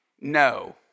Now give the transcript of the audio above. No